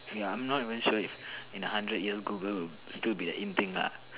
ya I'm not even sure if in a hundred years Google will still be a in thing lah